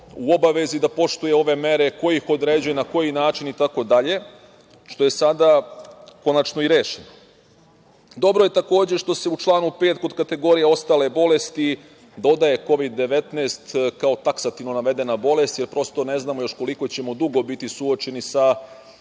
u obavezi da poštuje ove mere, ko ih određuje, na koji način itd, što je sada konačno i rešeno. Dobro je takođe što se u članu 5. kod kategorija „ostale bolesti“ dodaje Kovid-19 kao taksativno navedena bolest, jer prosto ne znamo još koliko ćemo dugo biti suočeni sa